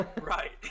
Right